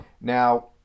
Now